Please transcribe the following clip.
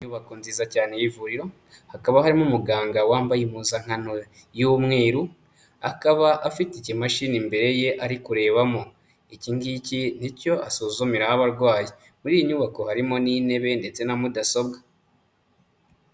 Inyubako nziza cyane y'ivuriro, hakaba harimo umuganga wambaye impuzankano y'umweru, akaba afite ikimashini imbere ye ari kurebamo, iki ngiki ni cyo asuzumiraho abarwayi. Muri iyi nyubako harimo n'intebe ndetse na mudasobwa.